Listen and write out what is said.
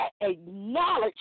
acknowledge